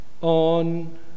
on